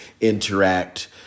interact